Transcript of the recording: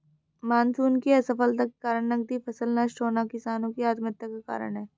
monsoon की असफलता के कारण नकदी फसल नष्ट होना किसानो की आत्महत्या का कारण है